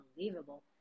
unbelievable